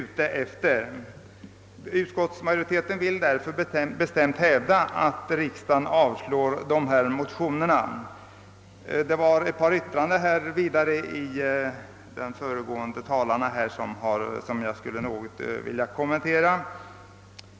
Utskottsmajoriteten hävdar därför bestämt, att riksdagen bör avslå dessa motioner. De föregående talarna gjorde några uttalanden som jag något vill kommentera.